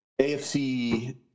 AFC